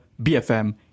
BFM